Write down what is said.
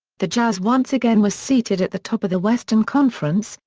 the jazz once again were seated at the top of the western conference,